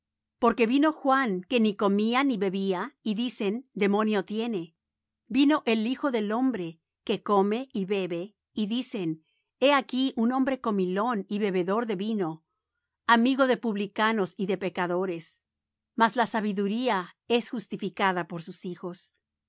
porque vino juan que ni comía ni bebía y dicen demonio tiene vino el hijo del hombre que come y bebe y dicen he aquí un hombre comilón y bebedor de vino amigo de publicanos y de pecadores mas la sabiduría es justificada por sus hijos